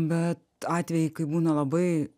bet atvejai kai būna labai